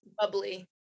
Bubbly